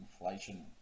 inflation